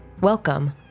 Welcome